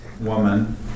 woman